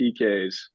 PKs